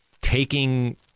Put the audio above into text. taking